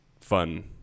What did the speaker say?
fun